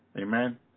Amen